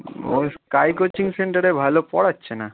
ওই Sky coaching সেন্টারে ভালো পড়াচ্ছে না